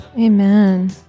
Amen